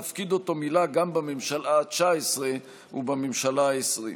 ומילא תפקיד זה גם בממשלה התשע-עשרה ובממשלה העשרים.